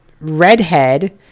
redhead